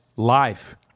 life